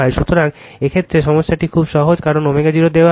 সুতরাং এই ক্ষেত্রে এই সমস্যাটি খুবই সহজ কারণ ω0 দেওয়া আছে